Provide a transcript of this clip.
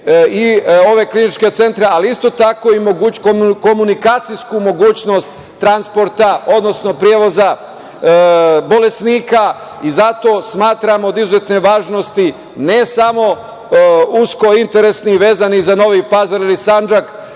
i ove kliničke centre, ali isto tako i komunikacijsku mogućnost transporta, odnosno prevoza bolesnika. Zato smatram od izuzetne važnosti, ne samo usko interes vezan za Novi Pazar ili Sandžak